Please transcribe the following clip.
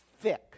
thick